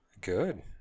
good